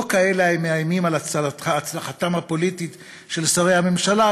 לא כאלה המאיימים על הצלחתם הפוליטית של שרי הממשלה,